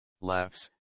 laughs